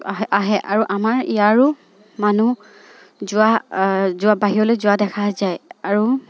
আহে আৰু আমাৰ ইয়াৰো মানুহ যোৱা যোৱা বাহিৰলৈ যোৱা দেখা যায় আৰু